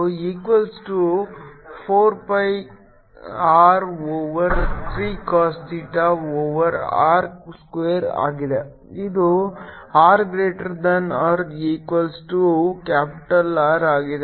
ಮತ್ತು equals to 4 pi R over 3 cos theta over r square ಆಗಿದೆ ಇದು r greater than R equals to capital R ಆಗಿದೆ